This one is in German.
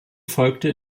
folgte